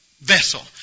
vessel